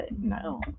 no